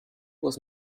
was